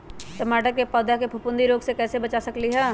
टमाटर के पौधा के फफूंदी रोग से कैसे बचा सकलियै ह?